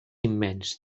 immens